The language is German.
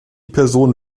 person